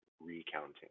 recounting